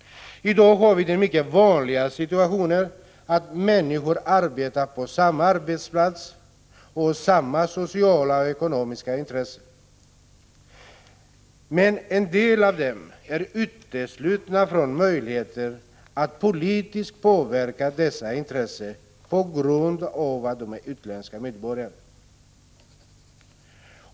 Vi har den mycket vanliga situationen att människor arbetar på samma arbetsplats och har gemensamma sociala och ekonomiska intressen, men en del av dem är uteslutna från möjligheten att politiskt påverka dessa intressen på grund av att de är utländska medborgare.